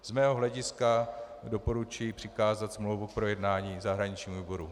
Z mého hlediska doporučuji přikázat smlouvu k projednání zahraničnímu výboru.